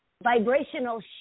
vibrational